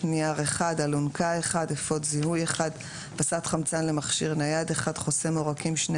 נייר 1 אלונקה 1 אפוד זיהוי 1 וסת-חמצן למכשיר נייד 1 חוסם עורקים - 2